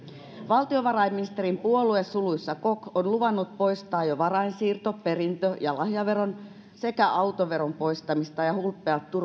valtiovarainministerin puolue on luvannut poistaa jo varainsiirto perintö ja lahjaveron sekä autoveron poistamista ja hulppeat